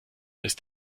ist